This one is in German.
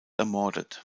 ermordet